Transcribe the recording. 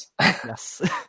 Yes